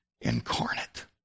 incarnate